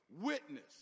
witness